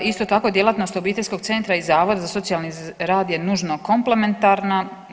Isto tako djelatnost obiteljskog centra i Zavoda za socijalni rad je nužno komplementarna.